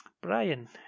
Brian